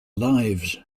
lives